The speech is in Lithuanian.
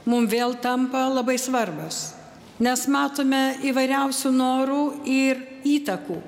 mum vėl tampa labai svarbios nes matome įvairiausių norų ir įtakų